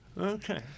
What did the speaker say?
Okay